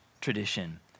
tradition